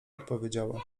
odpowiedziała